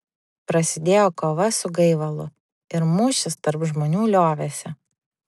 prasidėjo kova su gaivalu ir mūšis tarp žmonių liovėsi